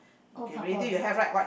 old couple